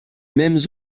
mêmes